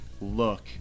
look